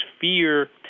fear